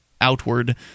outward